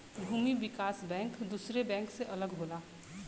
भूमि विकास बैंक दुसरे बैंक से अलग होला